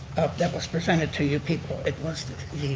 that was presented to you people. it was the